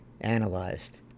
analyzed